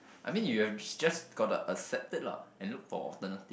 I mean you have just got to accept it lah and look for alternative